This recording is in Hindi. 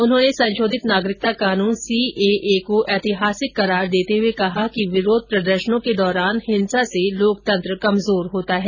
उन्होंने संशोधित नागरिकता कानून सीएए को एतिहासिक करार देते हुए कहा कि विरोध प्रदर्शनों के दौरान हिंसा से लोकतंत्र कमजोर होता है